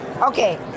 Okay